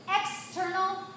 external